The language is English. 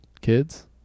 Kids